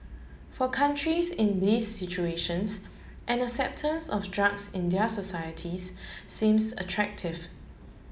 for countries in these situations an acceptance of drugs in their societies seems attractive